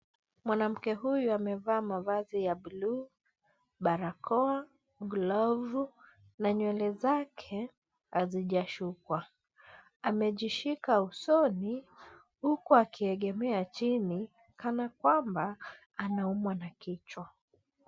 Mwanamke huyu amevaa mavazi ya bluu, barakoa, glavu na nywele zake hazijashukua. Amejishika usoni, huku akiegemea chini, kana kwamba anaumwa na kichwa.